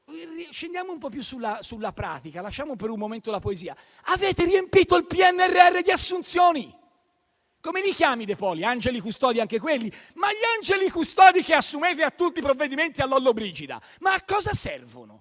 scendiamo un po' più sulla pratica e lasciamo per un momento la poesia: avete riempito il PNRR di assunzioni! Come li chiami, De Poli, angeli custodi anche quelli? Ma gli angeli custodi che assumete in tutti i provvedimenti per Lollobrigida a cosa servono?